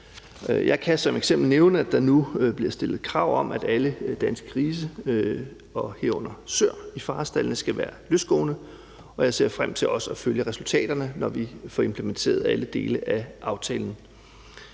Jeg kan som eksempel nævne, at der nu bliver stillet krav om, at alle danske grise, herunder søer i farestaldene, skal være løsgående, og jeg ser frem til at følge resultaterne, når vi får implementeret alle dele af aftalen.